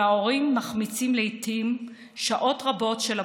ולעיתים ההורים מחמיצים שעות רבות של עבודה,